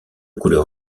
couleur